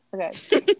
okay